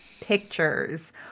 pictures